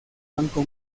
banco